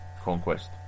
conquest